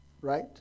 right